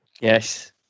Yes